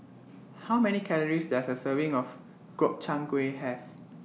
How Many Calories Does A Serving of Gobchang Gui Have